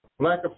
Black